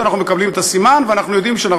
אנחנו מקבלים את הסימן ואנחנו יודעים שאנחנו